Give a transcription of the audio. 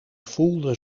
voelde